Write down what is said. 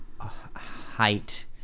height